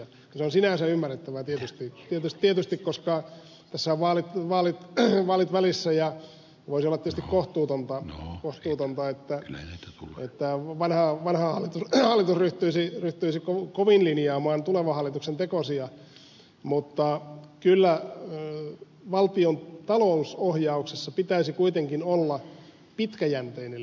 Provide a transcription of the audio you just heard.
se on sinänsä ymmärrettävää tietysti koska tässä on vaalit välissä ja voisi olla tietysti kohtuutonta jos jutun vaikka ne on koettavana on vanhan alko ryhtyy se että vanha hallitus ryhtyisi kovin linjaamaan tulevan hallituksen tekosia mutta kyllä valtion talousohjauksessa pitäisi kuitenkin olla pitkäjänteinen linja